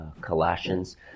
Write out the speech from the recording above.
Colossians